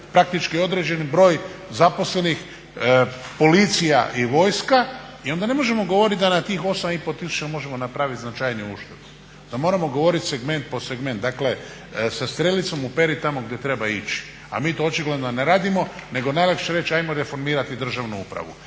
praktički određeni broj zaposlenih, Policija i Vojska i onda ne možemo govoriti da na tih 8,5 tisuća možemo napraviti značajniju uštedu. Moramo govoriti segment po segment, dakle sa strelicom uperiti tamo gdje treba ići, a mi to očigledno ne radimo nego je najlakše reći ajmo reformirati državnu upravu.